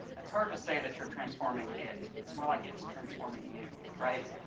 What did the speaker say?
it's hard to say that you're transforming it, it's more like it's transforming you, right.